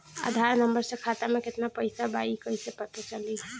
आधार number से खाता में केतना पईसा बा ई क्ईसे पता चलि?